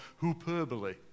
hyperbole